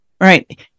Right